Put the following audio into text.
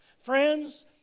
Friends